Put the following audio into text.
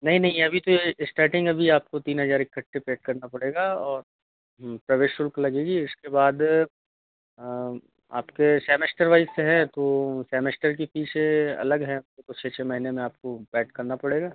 नहीं नहीं अभी तो इस्टार्टिंग अभी आपको तीन हज़ार इखट्टे पे करना पड़ेगा और प्रवेश शुल्क लगेगी इसके बाद आपके सैमेस्टर वाइस हैं तो सैमेस्टर की फ़ीसें अलग हैं वर तो छः छः महीने में आपको पैड करना पड़ेगा